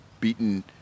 beaten